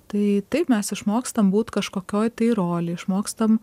tai taip mes išmokstam būt kažkokioj tai rolėj išmokstam